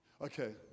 Okay